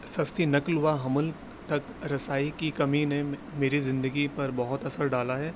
سستی نقل و حمل تک رسائی کی کمی نے میری زندگی پر بہت اثر ڈالا ہے